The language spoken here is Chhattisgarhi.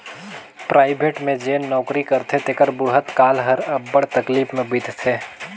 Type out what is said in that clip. पराइबेट में जेन नउकरी करथे तेकर बुढ़त काल हर अब्बड़ तकलीफ में बीतथे